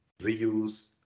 reuse